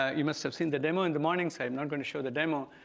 ah you must have seen the demo in the mornings. i'm not going to show the demo.